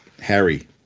Harry